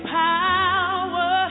power